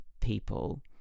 people